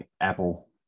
Apple